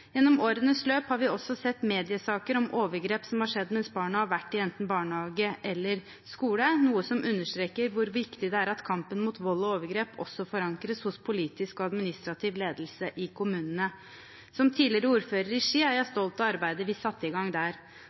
Gjennom årenes løp har vi også sett mediesaker om overgrep som har skjedd mens barna har vært i enten barnehage eller på skole, noe som understreker hvor viktig det er at kampen mot vold og overgrep også forankres hos politisk og administrativ ledelse i kommunene. Som tidligere ordfører i Ski er jeg stolt av arbeidet vi satte i gang der